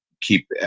keep